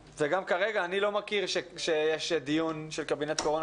אני לא מכיר שיש דיון של קבינט הקורונה